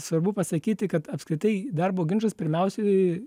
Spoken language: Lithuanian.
svarbu pasakyti kad apskritai darbo ginčas pirmiausiai